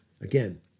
Again